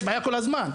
יש בעיה כל הזמן.